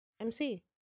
MC